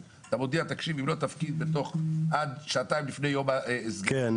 מודיעים: אם לא תפקיד כסף עד שעתיים לפני סגירת היום הצ'ק יחזור.